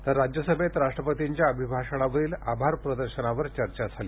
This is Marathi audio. तर राज्यसभेत राष्ट्रपतींच्या अभिभाषणावरील आभारप्रदर्शनावर चर्चा झाली